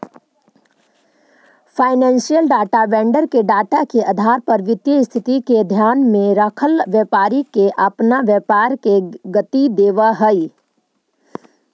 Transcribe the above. financial data vendor के data के आधार पर वित्तीय स्थिति के ध्यान में रखल व्यापारी के अपना व्यापार के गति देवऽ हई